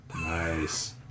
Nice